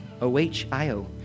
O-H-I-O